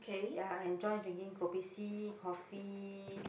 ya I enjoy drinking Kopi-C coffee